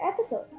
episode